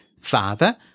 father